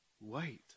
wait